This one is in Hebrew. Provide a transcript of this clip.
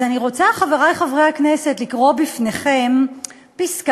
אז אני רוצה, חברי חברי הכנסת, לקרוא בפניכם פסקה